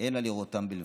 אלא לראותם בלבד".